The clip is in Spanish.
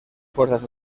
fuerzas